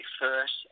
first